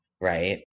right